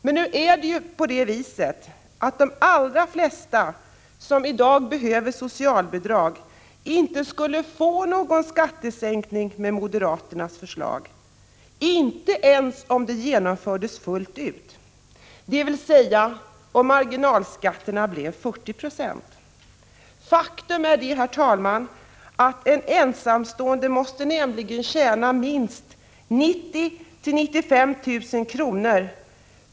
Men nu är det ju på det viset att de allra flesta som i dag behöver socialbidrag inte skulle få någon skattesänkning med moderaternas förslag, inte ens om det genomfördes fullt ut, dvs. om marginalskatten blev 40 96. Faktum är, herr talman, att en ensamstående måste tjäna minst 90 000 å 95 000 kr.